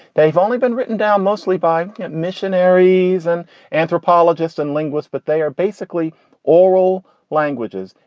they've only been written down mostly by missionaries and anthropologists and linguists. but they are basically oral languages.